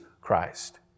Christ